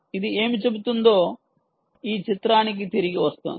ఇది ఏమి చెబుతుందో ఈ చిత్రానికి తిరిగి వస్తోంది